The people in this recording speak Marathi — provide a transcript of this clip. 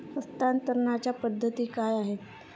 हस्तांतरणाच्या पद्धती काय आहेत?